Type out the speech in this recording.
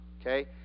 okay